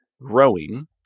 growing